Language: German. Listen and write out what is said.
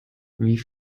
wie